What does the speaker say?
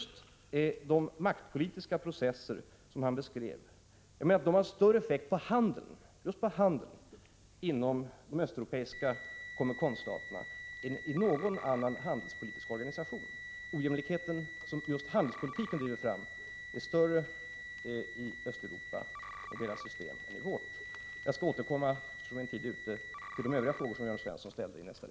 De maktpolitiska processer som Jörn Svensson beskrev har större effekter på just handeln inom de östeuropeiska COMECON-staterna än i någon annan handelspolitisk organisation. Den ojämlikhet som handelspolitiken leder fram till är större i Östeuropa och i deras system än i vårt. Jag skall, eftersom min taletid är ute, återkomma i nästa replik till de Övriga frågor som Jörn Svensson ställde.